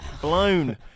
blown